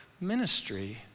ministry